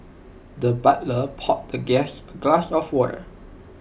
the butler poured the guest A glass of water